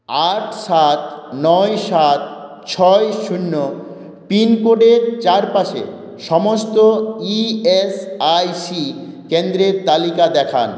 আট সাত নয় সাত ছয় শূন্য পিন কোডের চারপাশে সমস্ত ইএসআইসি কেন্দ্রের তালিকা দেখান